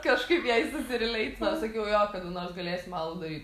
kažkaip jai susirileitino sakiau jo kada nors galėsim alų daryt